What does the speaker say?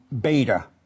beta